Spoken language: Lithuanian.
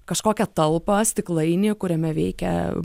kažkokią talpą stiklainį kuriame veikia